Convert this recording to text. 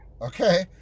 Okay